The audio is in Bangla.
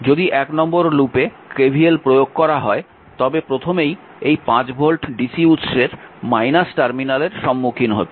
যদি 1 নম্বর লুপে KVL প্রয়োগ করা হয় তবে প্রথমেই এই 5 ভোল্ট DC উৎসের টার্মিনালের সম্মুখীন হচ্ছেন